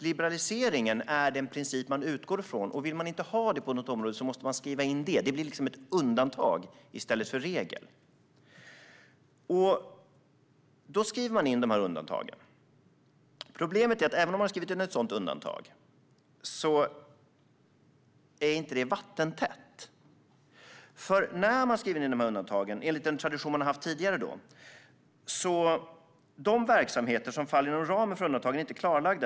Liberaliseringen är den princip som man utgår från. Vill man inte ha den på något område måste man skriva in det. Det blir liksom ett undantag i stället för en regel. Även om man har skrivit in ett sådant undantag uppstår problemet att det inte är vattentätt. Enligt den tradition som man tidigare har haft är de verksamheter som faller inom ramen för undantagen inte klarlagda.